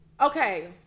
Okay